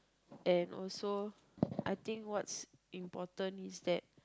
and also I think what's important is that